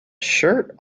shirt